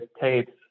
tapes